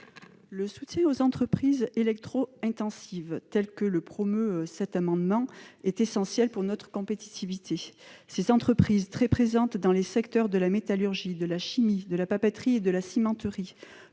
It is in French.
Le soutien aux entreprises électro-intensives, tel que le promeuvent les auteurs de cet amendement, est essentiel pour notre compétitivité. Ces entreprises, très présentes dans les secteurs de la métallurgie, de la chimie, de la papeterie et de la cimenterie,